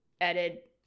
edit